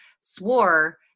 swore